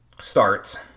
starts